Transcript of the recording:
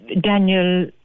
Daniel